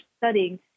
studying